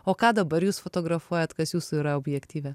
o ką dabar jūs fotografuojat kas jūsų yra objektyve